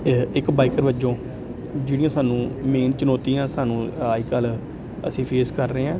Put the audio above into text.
ਇਹ ਇੱਕ ਬਾਈਕਰ ਵਜੋਂ ਜਿਹੜੀਆਂ ਸਾਨੂੰ ਮੇਨ ਚੁਣੌਤੀਆਂ ਸਾਨੂੰ ਅੱਜ ਕੱਲ੍ਹ ਅਸੀਂ ਫੇਸ ਕਰ ਰਹੇ ਹਾਂ